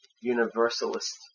universalist